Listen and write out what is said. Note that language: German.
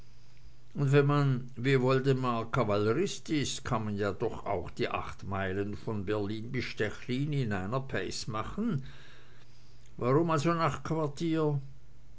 und wenn man wie woldemar kavallerist ist kann man ja doch auch die acht meilen von berlin bis stechlin in einer pace machen warum also